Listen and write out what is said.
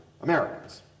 Americans